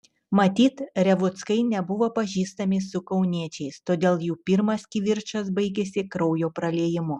matyt revuckai nebuvo pažįstami su kauniečiais todėl jų pirmas kivirčas baigėsi kraujo praliejimu